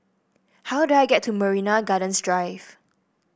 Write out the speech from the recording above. how do I get to Marina Gardens Drive